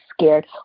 scared